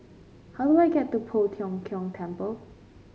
how do I get to Poh Tiong Kiong Temple